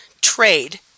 trade